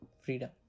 Freedom